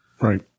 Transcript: Right